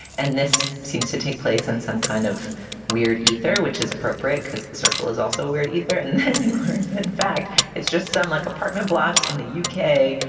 and this seems to take place in some kind of weird ether, which is appropriate because the circle is also weird either. and then you heard that, in fact, it's just some like apartment block in the u k.